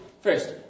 First